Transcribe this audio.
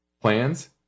plans